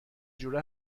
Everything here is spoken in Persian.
جوره